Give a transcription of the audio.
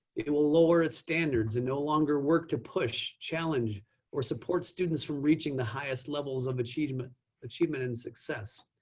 it will lower its standards and no longer work to push, challenge or support students from reaching the highest levels of achievement achievement and success.